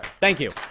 thank you.